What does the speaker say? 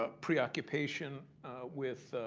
ah preoccupation with,